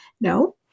No